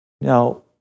Now